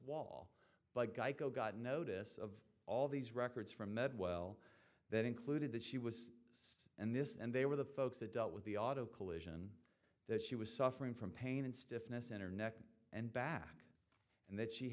but geico got a notice of all these records from med well that included that she was sick and this and they were the folks that dealt with the auto collision that she was suffering from pain and stiffness in her neck and back and that she